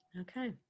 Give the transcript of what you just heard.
okay